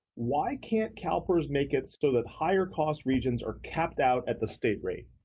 why can't calpers make it so that higher cost regions are capped out at the state rate?